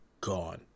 gone